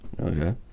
Okay